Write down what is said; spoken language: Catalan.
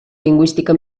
lingüística